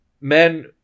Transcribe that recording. men